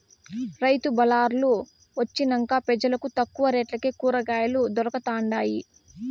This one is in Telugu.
రైతు బళార్లు వొచ్చినంక పెజలకు తక్కువ రేట్లకే కూరకాయలు దొరకతండాయి